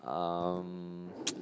um